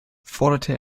forderte